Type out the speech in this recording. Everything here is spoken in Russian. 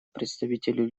представителю